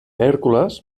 hèrcules